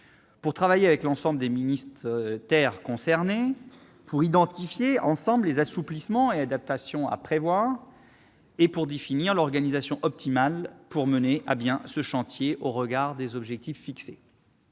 pour travailler avec l'ensemble des ministères concernés, pour identifier, ensemble, les assouplissements et adaptations à prévoir et pour définir l'organisation optimale permettant de mener à bien ce chantier au regard des objectifs fixés.